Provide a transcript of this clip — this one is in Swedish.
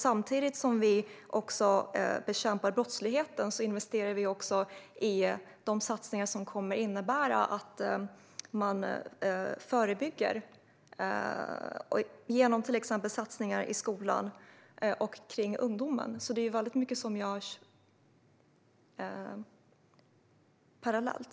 Samtidigt som vi bekämpar brottslighet investerar vi också i satsningar som kommer att innebära att man förebygger, till exempel satsningar i skolan och på ungdomen. Det är alltså väldigt mycket som görs parallellt.